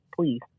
please